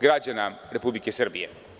građana Republike Srbije.